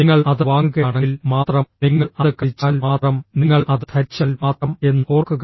നിങ്ങൾ അത് വാങ്ങുകയാണെങ്കിൽ മാത്രം നിങ്ങൾ അത് കഴിച്ചാൽ മാത്രം നിങ്ങൾ അത് ധരിച്ചാൽ മാത്രം എന്ന് ഓർക്കുക